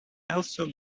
also